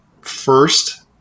First